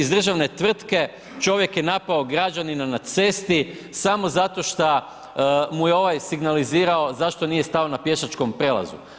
Iz državne tvrtke čovjek je napao građanina na cesti samo zato šta mu je ovaj signalizirao zašto nije stao na pješačkom prijelazu.